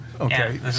Okay